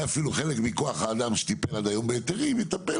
אפילו כוח האדם שטיפל עד היום בהיתרים יטפל